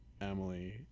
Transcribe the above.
Emily